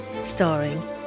starring